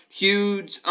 huge